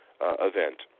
event